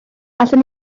allwn